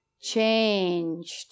Changed